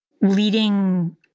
Leading